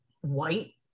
White